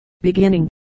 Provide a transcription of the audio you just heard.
beginning